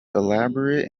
elaborate